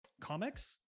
comics